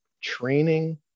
training